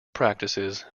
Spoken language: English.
practices